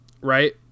Right